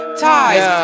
ties